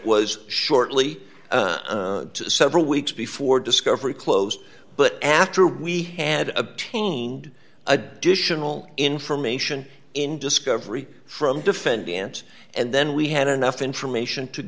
was shortly several weeks before discovery closed but after we had obtained additional information in discovery from defendant and then we had enough information to